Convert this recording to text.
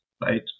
right